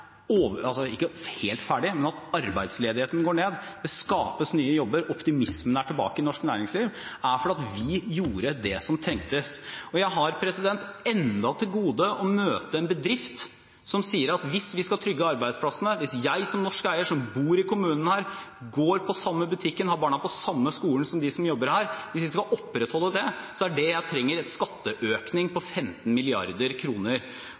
ikke helt, men arbeidsledigheten går ned, det skapes nye jobber, optimismen er tilbake i norsk næringsliv – er at vi gjorde det som trengtes. Jeg har enda til gode å møte en bedriftseier som sier: Hvis jeg skal trygge arbeidsplassene, hvis jeg som norsk eier, som bor i kommunen her, går på den samme butikken og har barna på den samme skolen som dem som jobber her, skal opprettholde det, er det jeg trenger en skatteøkning